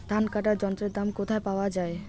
ধান কাটার যন্ত্রের দাম কোথায় পাওয়া যায়?